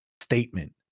statement